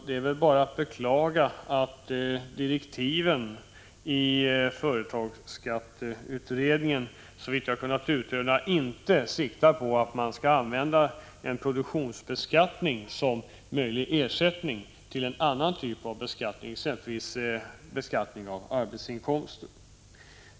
Det är bara att beklaga att direktiven för företagsskatteutredningen, såvitt jag har kunnat utröna, inte siktar på att man skall använda produktionsbeskattningen som en möjlig ersättning för annan typ av beskattning, exempelvis beskattning av arbetsinkomster.